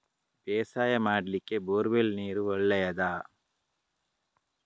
ಬೇಸಾಯ ಮಾಡ್ಲಿಕ್ಕೆ borewell ನೀರು ಒಳ್ಳೆಯದಾ?